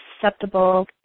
susceptible